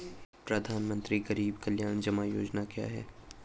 प्रधानमंत्री गरीब कल्याण जमा योजना क्या है?